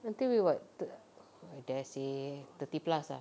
until we're what thir~ I dare say thirty plus ah